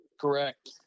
Correct